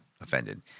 offended